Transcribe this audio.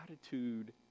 attitude